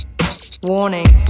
Warning